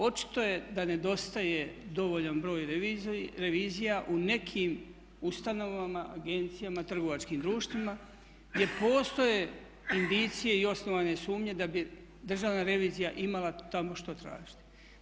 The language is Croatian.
Očito je da nedostaje dovoljan broj revizija u nekim ustanovama, agencijama, trgovačkim društvima gdje postoje indicije i osnovane sumnje da bi Državna revizija imala tamo što tražiti.